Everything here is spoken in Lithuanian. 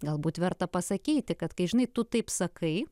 galbūt verta pasakyti kad kai žinai tu taip sakai